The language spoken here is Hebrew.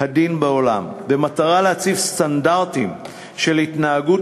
הדין בעולם במטרה להציב סטנדרטים של התנהגות